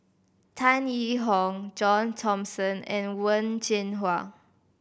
Tan Yee Hong John Thomson and Wen Jinhua